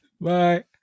bye